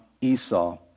Esau